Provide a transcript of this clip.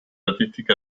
artística